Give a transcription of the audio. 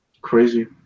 crazy